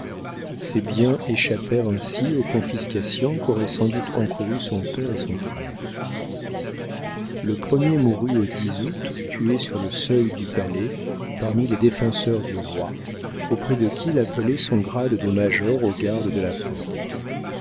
ses biens échappèrent ainsi aux confiscations qu'auraient sans doute encourues son père et son frère le premier mourut au août tué sur le seuil du palais parmi les défenseurs du roi auprès de qui l'appelait son grade de major aux gardes de la porte